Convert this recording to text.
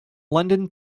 london